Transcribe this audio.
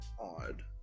odd